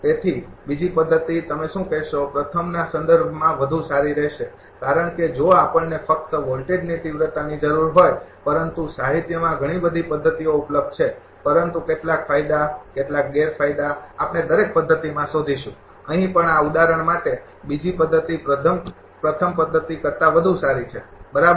તેથી બીજી પદ્ધતિ તમે શું કહેશો પ્રથમના સંદર્ભમાં વધુ સારી રહેશે કારણ કે જો આપણને ફક્ત વોલ્ટેજની તીવ્રતાની જરૂર હોય પરંતુ સાહિત્યમાં ઘણી બધી પદ્ધતિઓ ઉપલબ્ધ છે પરંતુ કેટલાક ફાયદા કેટલાક ગેરફાયદા આપણે દરેક પદ્ધતિમાં શોધીશું અહીં પણ આ ઉદાહરણ માટે બીજી પદ્ધતિ પ્રથમ પદ્ધતિ કરતા વધુ સારી છે બરાબર